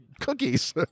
cookies